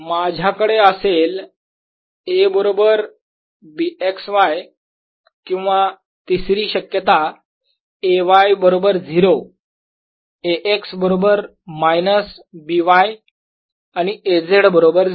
माझ्याकडे असेल A बरोबर B x y किंवा तिसरी शक्यता A y बरोबर 0 A x बरोबर मायनस B y आणि A z बरोबर 0